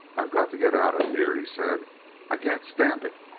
i've got to get out of here, he said i can't stand it.